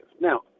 Now